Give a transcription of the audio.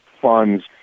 funds